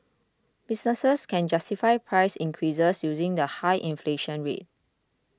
businesses can justify price increases using the high inflation rate